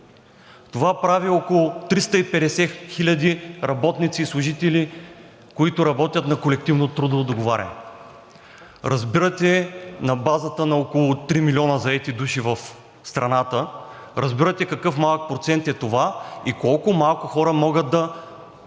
Това прави около 350 хиляди работници и служители, които работят на колективно трудово договаряне. На базата на около 3 милиона души, заети в страната, разбирате, какъв малък процент е това и колко малко хора могат да